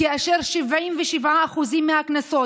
ו-77% מהקנסות,